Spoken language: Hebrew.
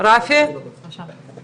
את זה